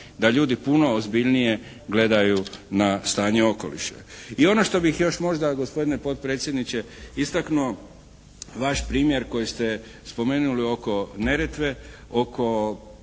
da ljudi puno ozbiljnije gledaju na stanje okoliša. I ono što bih još možda gospodine potpredsjedniče istaknuo vaš primjer koji ste spomenuli oko Neretve, oko